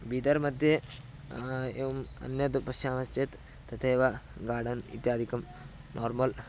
बीदर् मध्ये एवम् अन्यत् पश्यामश्चेत् तथैव गार्डन् इत्यादिकं नार्मल्